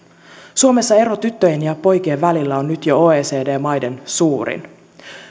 suomessa ero tyttöjen ja poikien välillä on nyt jo oecd maiden suurin